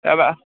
എപ്പം